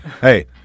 Hey